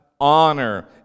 honor